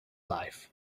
life